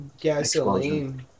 gasoline